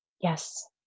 Yes